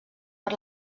per